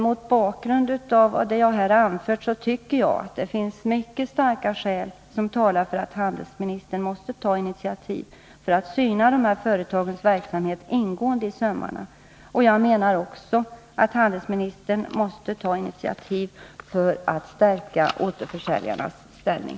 Mot bakgrund av vad jag här har anfört tycker jag att det finns mycket starka skäl som talar för att handelsministern måste ta initiativ för att ingående syna de här företagens verksamhet i sömmarna. Jag menar också att handelsministern måste ta initiativ för att stärka återförsäljarnas ställning.